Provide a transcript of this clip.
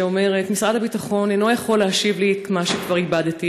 שאומרת: משרד הביטחון אינו יכול להשיב לי את מה שכבר איבדתי,